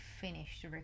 finished